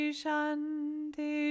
shanti